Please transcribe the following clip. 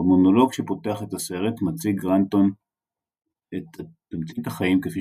במונולוג שפותח את הסרט מציג רנטון את תמצית החיים כפי